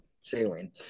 saline